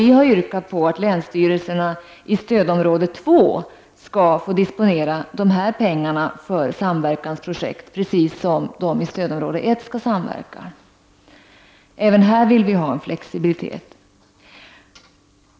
Vi har yrkat på att länsstyrelserna i stödområde 2 skall disponera dessa pengar för samverkansprojekt, precis som de i stödområde 1 skall samverka. Även här vill vi ha flexibilitet.